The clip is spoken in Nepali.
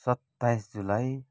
सत्ताइस जुलाई